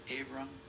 Abram